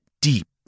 deep